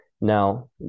Now